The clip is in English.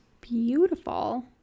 beautiful